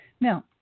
Now